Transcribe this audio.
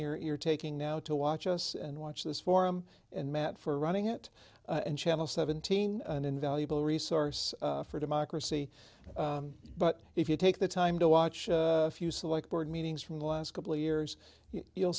time you're taking now to watch us and watch this forum and matt for running it and channel seventeen an invaluable resource for democracy but if you take the time to watch a few select board meetings from the last couple of years you'll